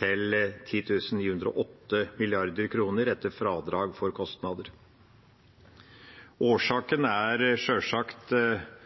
kr, til 10 908 mrd. kr etter fradrag for kostnader. Årsaken er sjølsagt